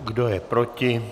Kdo je proti?